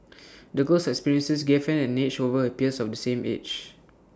the girl's experiences gave her an edge over her peers of the same age